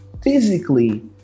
physically